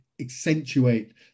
accentuate